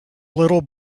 little